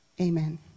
Amen